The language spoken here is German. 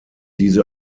diese